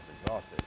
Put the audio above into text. exhausted